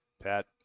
Pat